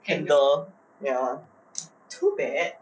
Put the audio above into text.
handle ya too bad